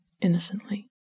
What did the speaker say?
innocently